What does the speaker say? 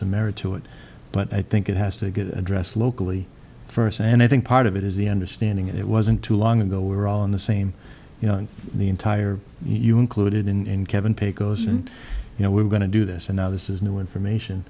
a marital it but i think it has to get addressed locally first and i think part of it is the understanding it wasn't too long ago we were all in the same you know the entire you included in kevin pecos and you know we're going to do this and now this is new information